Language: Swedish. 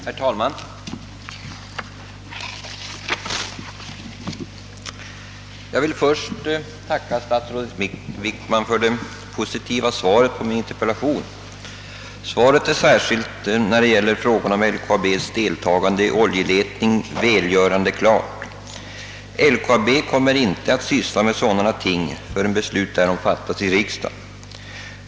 Herr talman! Jag vill först tacka statsrådet Wickman för det positiva svaret på min interpellation. Svaret är — speciellt vad gäller LKAB:s deltagande i oljeletning — välgörande klart. LKAB kommer inte att syssla med sådana ting förrän beslut därom fattats i riksdagen.